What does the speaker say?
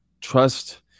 trust